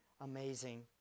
amazing